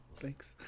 thanks